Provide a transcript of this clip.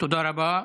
תודה רבה.